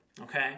okay